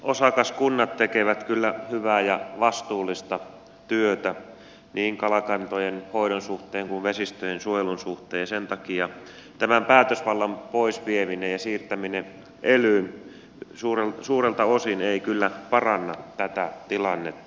osakaskunnat tekevät kyllä hyvää ja vastuullista työtä niin kalakantojen hoidon suhteen kuin vesistöjen suojelun suhteen ja sen takia tämän päätösvallan pois vieminen ja siirtäminen elyyn suurelta osin ei kyllä paranna tätä tilannetta